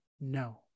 no